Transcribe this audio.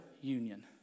union